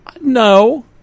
No